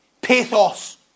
pathos